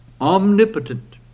omnipotent